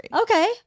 Okay